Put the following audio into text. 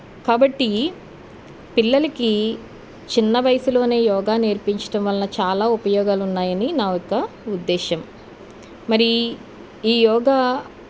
కాబట్టి పిల్లలకి చిన్న వయసులోయోగా నేర్పించడం వల్ల చాలా ఉపయోగాలు ఉన్నాయని నా యొక్క ఉద్దేశం మరి ఈ యోగా